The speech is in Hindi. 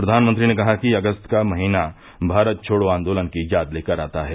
प्रधानमंत्री ने कहा कि अगस्त का महीना भारत छोड़ो आंदोलन की याद लेकर आता है